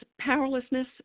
powerlessness